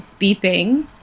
beeping